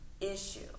issue